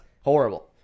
horrible